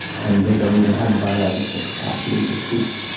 and they don't even have the biological capacity for speech.